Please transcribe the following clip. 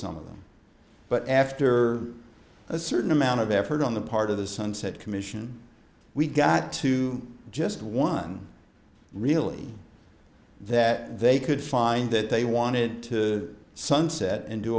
some of them but after a certain amount of effort on the part of the sunset commission we got to just one really that they could find that they wanted to sunset and do